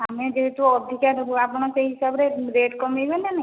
ଆମେ ଯେହେତୁ ଅଧିକା ନେବୁ ଆପଣ ସେଇ ହିସାବରେ ରେଟ୍ କମେଇବେ ନା ନାହିଁ